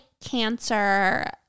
cancer